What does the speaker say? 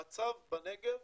המצב בנגב